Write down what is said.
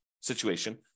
situation